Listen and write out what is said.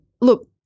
look